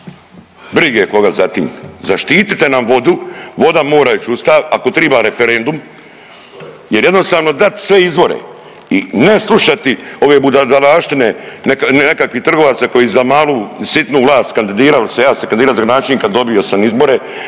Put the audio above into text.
Briga koga za tim. Zaštitite nam vodu, voda mora ić u ustav, ako triba referendum jer jednostavno dat sve izvore i ne slušati ove budalaštine nekakvih trgovaca koji za malu i sitnu vlast kandidirali se, ja sam se kandidirao za gradonačelnika, dobio sam izbore,